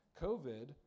COVID